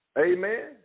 amen